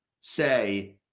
say